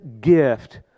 gift